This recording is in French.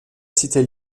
cité